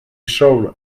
showed